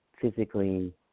physically